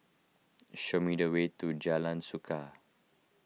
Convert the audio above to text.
show me the way to Jalan Suka